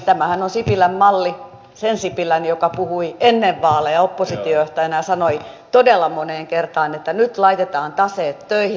tämähän on sipilän malli sen sipilän joka puhui ennen vaaleja oppositiojohtajana ja sanoi todella moneen kertaan että nyt laitetaan taseet töihin